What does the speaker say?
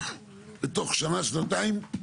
ותוך שנה עד שנתיים,